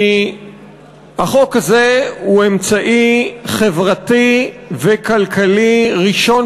כי החוק הזה הוא אמצעי חברתי וכלכלי ראשון